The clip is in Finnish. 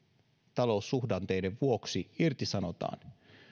taloussuhdanteiden vuoksi nyt pääasiallisesti irtisanotaan